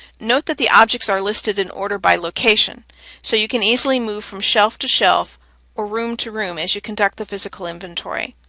note that the objects are listed in order by location so you can easily move from shelf to shelf or room to room as you conduct the physical inventory.